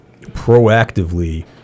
proactively